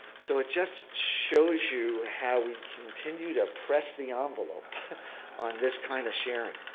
so it just shows you how we continue to press the ah envelope on this kind of sharing.